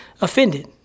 offended